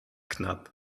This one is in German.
knapp